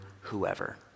whoever